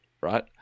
right